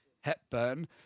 Hepburn